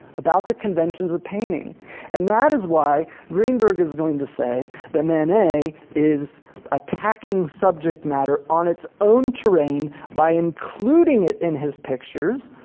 about the conventions of painting and that is why greenberg is going to say that manet is attacking subject matter on its own terrain by including it in his pictures,